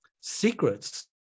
secrets